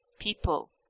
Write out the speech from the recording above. people